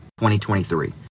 2023